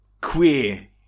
queer